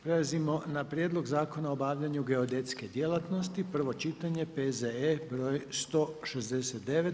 Prelazimo na: - Prijedlog zakona o obavljanju geodetske djelatnosti, prvo čitanje, P.Z.E. broj 169.